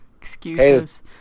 Excuses